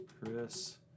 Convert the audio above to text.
Chris